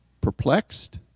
perplexed